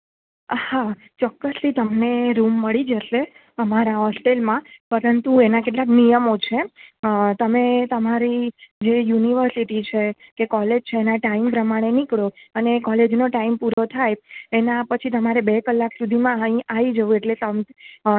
હા ચોક્કસથી તમને રૂમ મળી જશે અમારા હોસ્ટેલમાં પરંતુ એના કેટલાંક નિયમો છે તમે તમારી જે યુનિવર્સિટી છે કે કોલેજ છે એના ટાઈમ પ્રમાણે નીકળો અને એ કોલેજનો ટાઈમ પૂરો થાય એના પછી તમારે બે કલાક સુધીમાં અહીં આવી જવું એટલે તમ